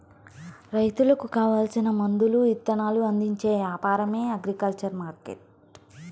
రైతులకు కావాల్సిన మందులు ఇత్తనాలు అందించే యాపారమే అగ్రికల్చర్ మార్కెట్టు